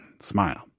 Smile